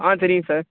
ஆ தெரியும் சார்